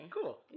cool